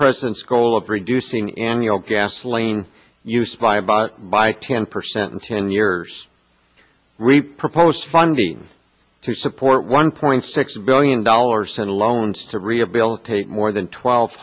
president's goal of reducing annual gasoline use by by by ten percent in ten years re proposed funding to support one point six billion dollars in loans to rehabilitate more than twelve